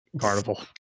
Carnival